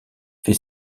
fait